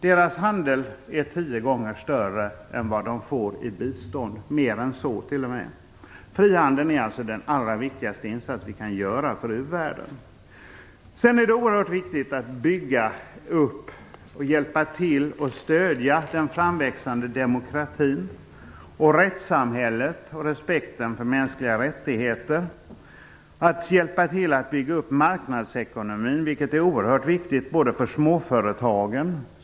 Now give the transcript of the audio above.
Deras handel är tio gånger större än vad de får i bistånd - mer än så, t.o.m. Att skapa frihandel är alltså den allra viktigaste insats vi kan göra för u-världen. Det är också oerhört viktigt att bygga upp och hjälpa till att stödja den framväxande demokratin, rättssamhället och respekten för mänskliga rättigheter och att hjälpa till att bygga upp marknadsekonomin, vilket är oerhört viktigt för småföretagen.